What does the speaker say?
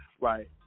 Right